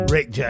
Rick